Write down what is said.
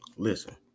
Listen